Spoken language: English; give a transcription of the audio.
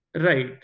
Right